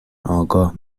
آگاه